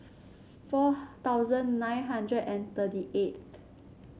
four thousand nine hundred and thirty eighth